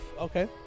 Okay